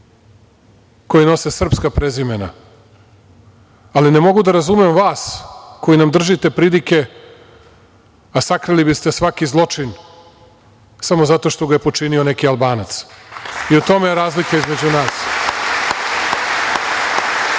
koji nose srpska imena, ali ne mogu da razumem vas koji nam držite pridike, a sakrili bi ste svaki zločin, samo zato što ga je počinio neki Albanac. U tome je razlika između nas. Drže